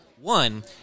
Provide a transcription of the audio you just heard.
one